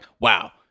Wow